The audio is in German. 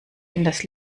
hinters